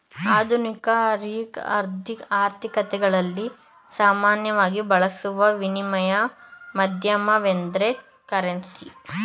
ಆಧುನಿಕ ಆರ್ಥಿಕತೆಗಳಲ್ಲಿ ಸಾಮಾನ್ಯವಾಗಿ ಬಳಸುವ ವಿನಿಮಯ ಮಾಧ್ಯಮವೆಂದ್ರೆ ಕರೆನ್ಸಿ